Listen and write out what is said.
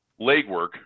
legwork